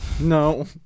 No